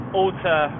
alter